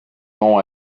nom